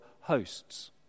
hosts